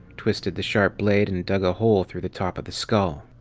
twisted the sharp blade and dug a hole through the top of the skull.